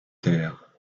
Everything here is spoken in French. terre